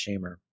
Shamer